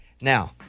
Now